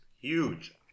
Huge